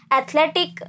athletic